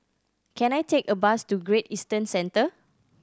can I take a bus to Great Eastern Center